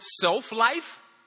self-life